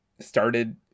started